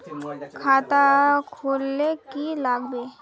खाता खोल ले की लागबे?